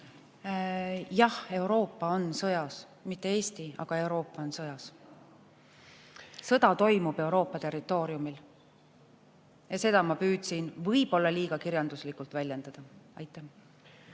Jah, Euroopa on sõjas, mitte Eesti, aga Euroopa on sõjas. Sõda toimub Euroopa territooriumil. Ja seda ma püüdsin võib-olla liiga kirjanduslikult väljendada. Jah,